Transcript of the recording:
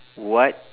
what